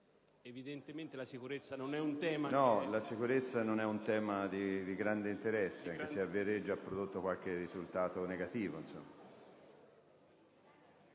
No, la sicurezza non è un tema di grande interesse, anche se a Viareggio ha prodotto qualche risultato negativo.